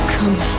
Come